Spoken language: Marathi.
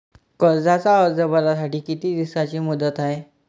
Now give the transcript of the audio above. कर्जाचा अर्ज भरासाठी किती दिसाची मुदत हाय?